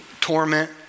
torment